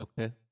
Okay